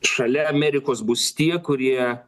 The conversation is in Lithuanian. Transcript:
šalia amerikos bus tie kurie